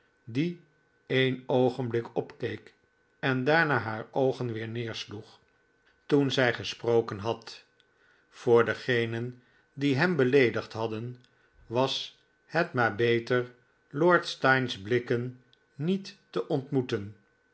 die een oogenblik opkeek en daarna haar oogen weer neersloeg toen zij gesproken had voor degenen die hem beleedigd hadden was het maar beter lord steyne's blikken niet te ontmoeten